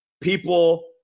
people –